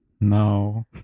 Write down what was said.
No